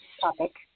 topic